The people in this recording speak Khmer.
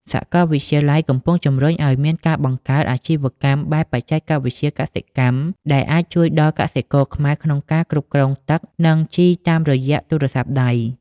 សាកលវិទ្យាល័យកំពុងជម្រុញឱ្យមានការបង្កើត "អាជីវកម្មបែបបច្ចេកវិទ្យាកសិកម្ម" ដែលអាចជួយដល់កសិករខ្មែរក្នុងការគ្រប់គ្រងទឹក និងជីតាមរយៈទូរស័ព្ទដៃ។